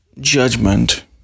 judgment